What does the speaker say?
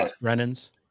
brennan's